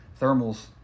Thermals